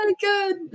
good